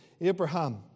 Abraham